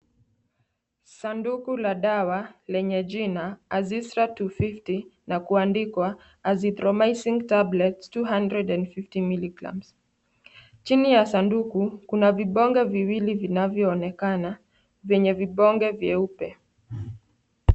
Sanduku la dawa lenye jina Azistra 250 na kuandikwa azitrhomycin tablets 250 miligrams . Chini ya sanduku, kuna vibonge viwili vinavyoonekana vyenye vibonge vyeupe.